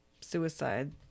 suicide